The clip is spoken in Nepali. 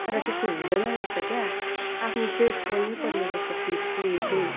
तर त्यस्तो हुँदैन रहेछ क्या आफ्नो टेस्ट गर्नै पर्ने रहेछ फेसको उयो चाहिँ